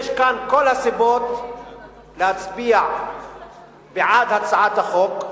יש כאן כל הסיבות להצביע בעד הצעת החוק.